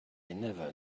never